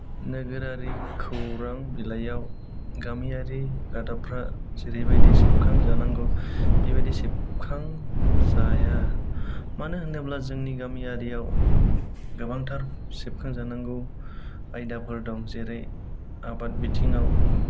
नोगोरारि खौरां बिलाइयाव गामियारि रादाबफ्रा जेरैबायदि सेबखां जानांगौ बेबायदि सेबखां जाया मानो होनोब्ला जोंनि गामियारियाव गोबांथार सेबखां जानांगौ आयदाफोर दं जेरै आबाद बिथिङाव